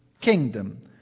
kingdom